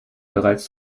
bereits